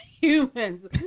humans